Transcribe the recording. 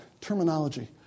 terminology